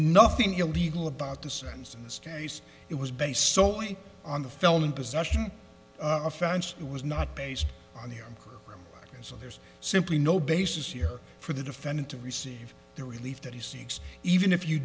nothing illegal about the sense in this case it was based solely on the felon in possession offense it was not based on here and so there's simply no basis here for the defendant to receive the relief that he seeks even if you